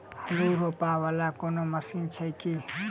आलु रोपा वला कोनो मशीन हो छैय की?